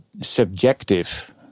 subjective